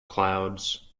clouds